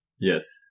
Yes